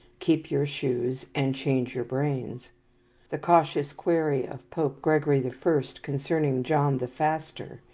keep your shoes and change your brains the cautious query of pope gregory the first, concerning john the faster,